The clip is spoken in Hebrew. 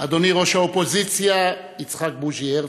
אדוני ראש האופוזיציה יצחק בוז'י הרצוג,